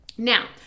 Now